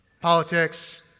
Politics